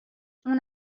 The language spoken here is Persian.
اون